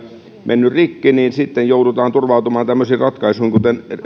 mennyt rikki niin sitten joudutaan turvautumaan tämmöisiin ratkaisuihin kuten edustaja